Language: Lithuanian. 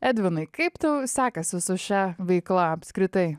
edvinai kaip tau sekasi su šia veikla apskritai